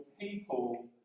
people